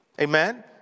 Amen